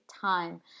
time